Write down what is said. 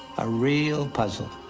a real puzzle.